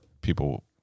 people